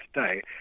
today